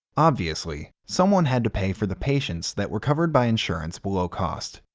obviously, someone had to pay for the patients that were covered by insurance below cost,